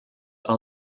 all